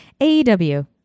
AEW